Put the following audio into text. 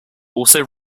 also